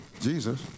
Jesus